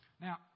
Now